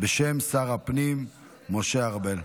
בשם שר הפנים משה ארבל.